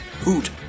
Hoot